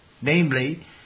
namely